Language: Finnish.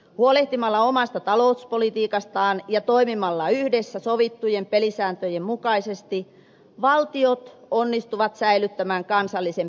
huolehtimalla omasta talouspolitiikastaan ja toimimalla yhdessä sovittujen pelisääntöjen mukaisesti valtiot onnistuvat säilyttämään kansallisen päätöksentekovaltansa